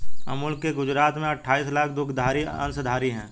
अमूल के गुजरात में अठाईस लाख दुग्धधारी अंशधारी है